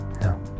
No